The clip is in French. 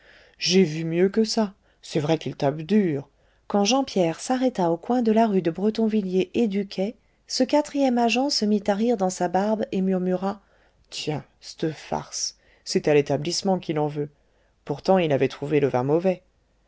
j'ai vu mieux que ça c'est vrai qu'il tape dur quand jean pierre s'arrêta au coin de la rue de bretonvilliers et du quai ce quatrième agent se mit à rire dans sa barbe et murmura tiens c'te farce c'est à l'établissement qu'il en veut pourtant il avait trouvé le vin mauvais